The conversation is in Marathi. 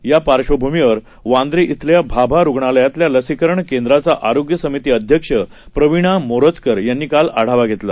यापार्श्वभूमीवरवांद्रेश्वल्याभारुग्णालयातल्यालसीकरणकेंद्राचाआरोग्यसमितीअध्यक्षप्रविणामोरजकरयांनीकालआढावाघेतला